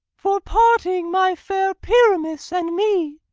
for parting my fair pyramus and me!